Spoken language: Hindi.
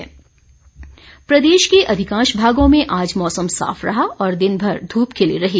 मौसम प्रदेश के अधिकांश भागों में आज मौसम साफ रहा और दिनभर धूप खिली रही